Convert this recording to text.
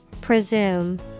Presume